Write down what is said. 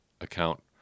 account